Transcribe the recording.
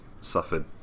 suffered